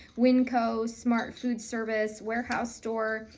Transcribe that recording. winco, smart foodservice warehouse store.